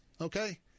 Okay